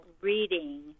reading